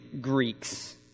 Greeks